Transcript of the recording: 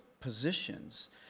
positions